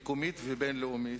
מקומית ובין-לאומית,